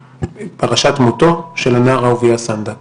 פרשת מותו של הנער אהוביה סנדק.